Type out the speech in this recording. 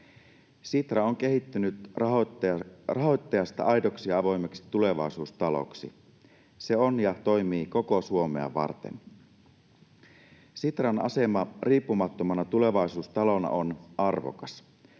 Sitra on kehittynyt rahoittajasta aidoksi ja avoimeksi tulevaisuustaloksi. Se on ja toimii koko Suomea varten. Sitran asema riippumattomana tulevaisuustalona on arvokas.